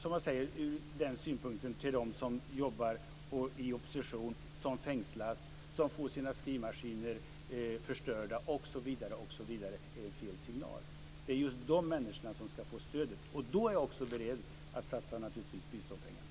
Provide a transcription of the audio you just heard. Det är fel signal till dem som jobbar i opposition, som fängslas, som får sina skrivmaskiner förstörda osv. Det är just dessa människor som borde få stöd. Då är också jag beredd att satsa biståndspengar.